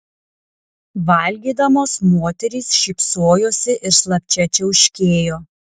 valgydamos moterys šypsojosi ir slapčia čiauškėjo